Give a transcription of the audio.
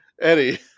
Eddie